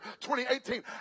2018